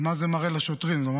מה זה מראה לשוטרים.